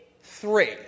three